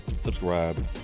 subscribe